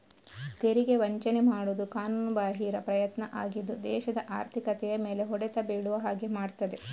ತೆರಿಗೆ ವಂಚನೆ ಮಾಡುದು ಕಾನೂನುಬಾಹಿರ ಪ್ರಯತ್ನ ಆಗಿದ್ದು ದೇಶದ ಆರ್ಥಿಕತೆಯ ಮೇಲೆ ಹೊಡೆತ ಬೀಳುವ ಹಾಗೆ ಮಾಡ್ತದೆ